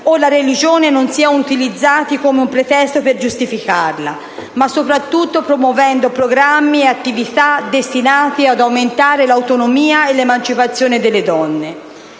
o la religione non siano utilizzati come pretesto per giustificarla, ma soprattutto promuovendo programmi e attività destinati ad aumentare l'autonomia e 1'emancipazione delle donne.